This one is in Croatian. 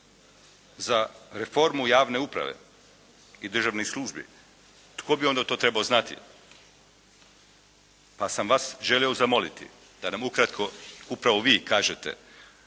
za reformu javne uprave i državnih službi, tko bi onda to trebao znati. Pa sam vas želio zamoliti da nam ukratko upravo vi kažete